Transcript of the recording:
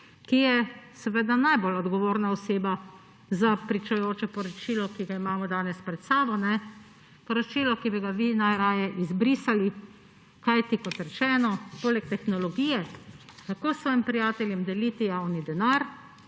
ki je seveda najbolj odgovorna oseba za pričujoče poročilo, ki ga imamo danes pred sabo, poročilo, ki bi ga vi najraje izbrisali. Kajti kot rečeno, poleg tehnologije, kako svojim prijateljem deliti javni denar,